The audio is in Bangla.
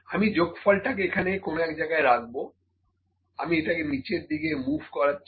আমি যোগফলটাকে এখানে কোনো এক জায়গায় রাখবো আমি এটাকে নিচের দিকে মুভ করাচ্ছি